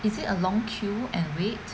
is it a long queue and wait